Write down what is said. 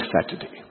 Saturday